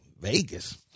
Vegas